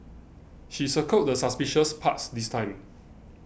she circled the suspicious parts this time